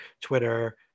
twitter